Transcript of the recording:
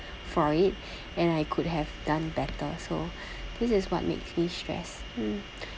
for it and I could have done better so this is what makes me stress mm